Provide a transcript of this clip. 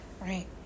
Right